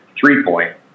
three-point